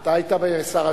אתה היית שר,